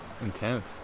Intense